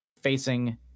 facing